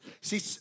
See